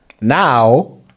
Now